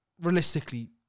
realistically